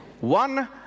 One